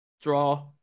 draw